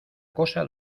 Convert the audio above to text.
cosa